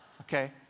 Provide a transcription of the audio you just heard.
Okay